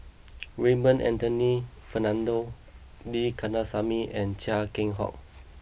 Raymond Anthony Fernando D Kandasamy and Chia Keng Hock